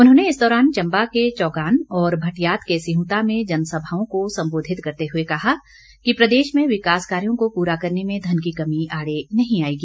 उन्होंने इस दौरान चम्बा के चौगान और भटियात के सिंहुता में जनसभाओं को सम्बोधित करते हुए कहा कि प्रदेश में विकास कार्यों को पूरा करने में धन की कमी आड़े नहीं आएगी